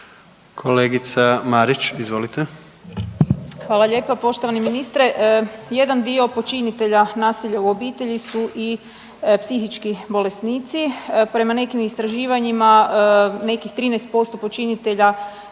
**Marić, Andreja (SDP)** Hvala lijepa. Poštovani ministre. Jedan dio počinitelja nasilja u obitelji su i psihički bolesnici, prema nekim istraživanjima nekih 13% počinitelja